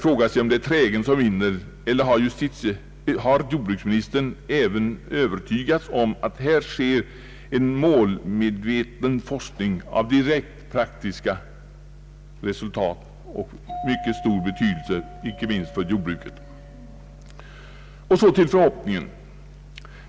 Är det trägen som vinner, eller har jordbruksministern även han övertygats om att här drivs en målmedveten forskning med direkt praktiska resultat och av mycket stor betydelse, icke minst för jordbruket? Så till förhoppningen.